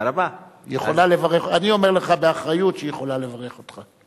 אני אומר לך באחריות שהיא יכולה לברך אותך.